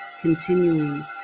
continuing